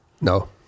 No